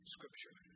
Scripture